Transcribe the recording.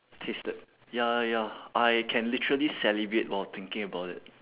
tasted ya ya I can literally salivate while thinking about it